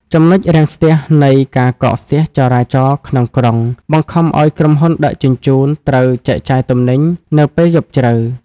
ចំណុចរាំងស្ទះនៃ "ការកកស្ទះចរាចរណ៍ក្នុងក្រុង" បង្ខំឱ្យក្រុមហ៊ុនដឹកជញ្ជូនត្រូវចែកចាយទំនិញនៅពេលយប់ជ្រៅ។